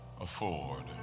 afford